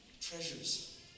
Treasures